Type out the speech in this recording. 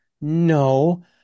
No